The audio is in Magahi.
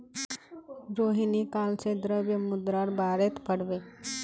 रोहिणी काल से द्रव्य मुद्रार बारेत पढ़बे